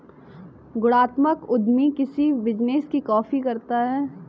गुणात्मक उद्यमी किसी बिजनेस की कॉपी करता है